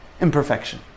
imperfection